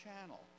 channel